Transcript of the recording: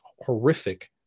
horrific